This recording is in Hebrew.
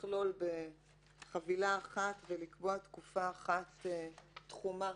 לכלול בחבילה אחת ולקבוע תקופה אחת תחומה